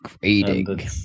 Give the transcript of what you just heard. grading